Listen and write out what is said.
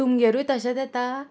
तुमगेरूय तशेंच येता